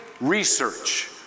research